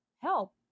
help